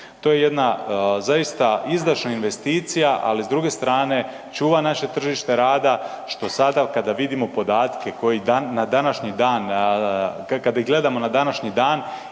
To je jedna zaista izdašna investicija, ali s druge strane čuva naše tržište rada što sada kada vidimo podatke koji na današnji dan, kada ih gledamo na današnji dan